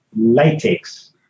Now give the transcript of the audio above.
latex